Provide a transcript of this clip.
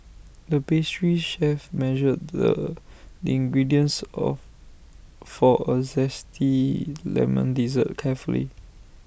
the pastry chef measured the ingredients of for A Zesty Lemon Dessert carefully